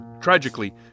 Tragically